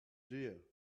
dear